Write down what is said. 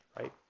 right